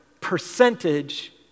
percentage